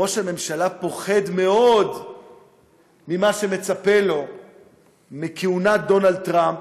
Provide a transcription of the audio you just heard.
וראש הממשלה פוחד מאוד ממה שמצפה לו בכהונת דונלד טראמפ,